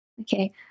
Okay